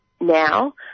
now